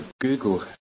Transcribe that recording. Google